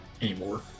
Anymore